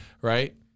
right